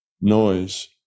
noise